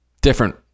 different